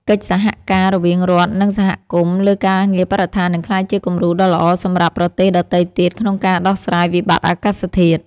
កិច្ចសហការរវាងរដ្ឋ និងសហគមន៍លើការងារបរិស្ថាននឹងក្លាយជាគំរូដ៏ល្អសម្រាប់ប្រទេសដទៃទៀតក្នុងការដោះស្រាយវិបត្តិអាកាសធាតុ។